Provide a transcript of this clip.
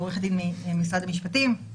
עורכת דין ממשרד המשפטים תשמח לבוא ולהציג אותו.